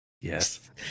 yes